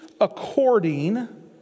according